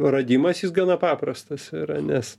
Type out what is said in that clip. radimasis gana paprastas yra nes